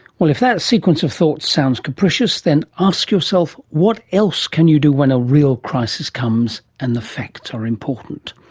if that sequence of thoughts sounds capricious, then ask yourself what else can you do when a real crisis comes and the facts are important.